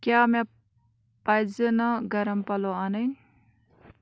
کیٛاہ مےٚ پَزِ نا گرم پَلو اَنٕنۍ